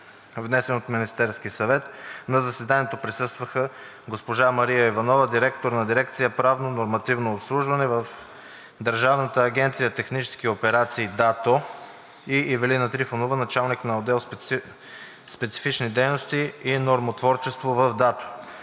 съвет на 24 октомври 2022 г. На заседанието присъстваха: госпожа Мария Иванова –директор на дирекция „Правно-нормативно обслужване“ в Държавна агенция „Технически операции“ (ДАТО), и Ивелина Трифонова – началник на отдел „Специфични дейности и нормотворчество“ в ДАТО.